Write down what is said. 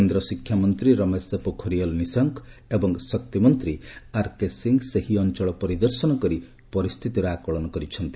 କେନ୍ଦ୍ର ଶିକ୍ଷାମନ୍ତ୍ରୀ ରମେଶ ପୋଖରିଆଲ ନିଶଙ୍କ ଏବଂ ଶକ୍ତିମନ୍ତ୍ରୀ ଆରକେ ସିଂହ ସେହି ଅଞ୍ଚଳ ପରିଦର୍ଶନ କରିବା ସହ ପରିସ୍ଥିତିର ଆକଳନ କରିଛନ୍ତି